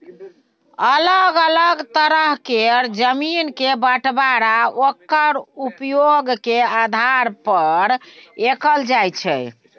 अलग अलग तरह केर जमीन के बंटबांरा ओक्कर उपयोग के आधार पर कएल जाइ छै